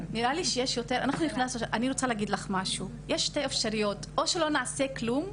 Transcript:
אני רוצה להגיד לך משהו: או שלא נעשה כלום,